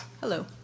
Hello